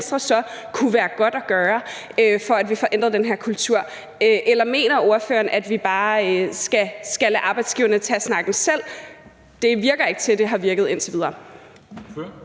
så kunne være godt at gøre, for at vi får ændret den her kultur? Eller mener ordføreren, at vi bare skal lade arbejdsgiverne tage snakken selv? Det lader ikke til, at det har virket indtil videre.